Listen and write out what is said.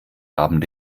abend